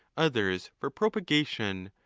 others for propagation,